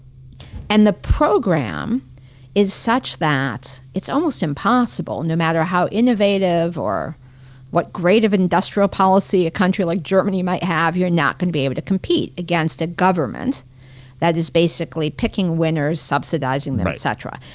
and the program is such that it's almost impossible, no matter how innovative or what great of an industrial policy a country like germany might have, you're not gonna be able to compete against a government that is basically picking winners, subsidizing them, et cetera.